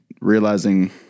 realizing